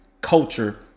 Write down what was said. culture